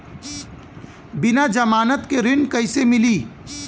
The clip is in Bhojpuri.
बिना जमानत के ऋण कईसे मिली?